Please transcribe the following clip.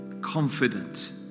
confident